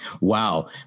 wow